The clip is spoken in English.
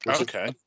Okay